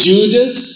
Judas